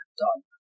done